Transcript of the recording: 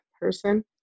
person